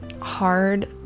hard